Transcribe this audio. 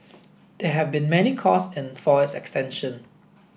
there have been many calls for its extension